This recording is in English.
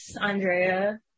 Andrea